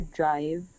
drive